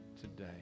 today